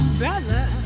brother